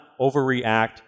overreact